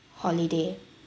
holiday